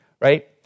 Right